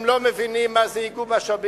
הם לא מבינים מה זה איגום משאבים.